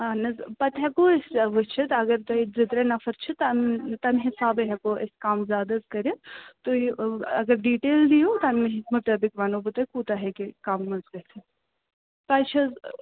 اَہَن حَظ پتہٕ ہیٚکو أسۍ وُچھِتھ اَگر تۄہہِ زٕ ترٛےٛ نفر چھِ تَمہِ تَمہِ حسابہٕ ہیٚکو أسۍ کم زیادٕ حظ کٔرِتھ تُہۍ اگر ڈِٹیل دِیِو تَمہِ مُطٲبق ؤنہو بہِ تۄہہِ کوٗتاہ ہیٚکہِ کم حَظ گژھِتھ تۄہہِ چھِ حَظ